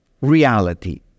reality